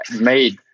made